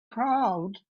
crowd